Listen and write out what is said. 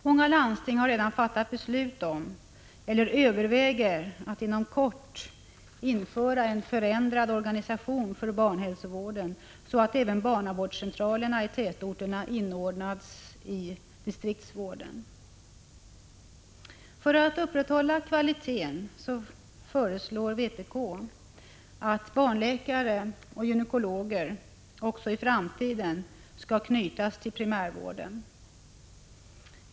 Många landsting har redan fattat beslut om eller överväger att inom kort införa en förändrad organisation för barnhälsovården, så att även barnavårdscentralerna i tätorterna inordnas i distriktsvården. För att upprätthålla kvaliteten föreslår vpk att barnläkare och gynekologer även i framtiden skall knytas till primärvården.